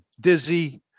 dizzy